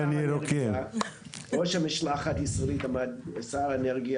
ההיתר הזה גובש אחרי התייעצות וביחד עם משרד האנרגיה